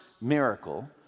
miracle